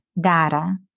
data